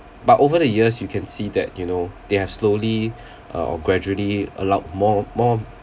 but over the years you can see that you know they have slowly uh or gradually allowed more more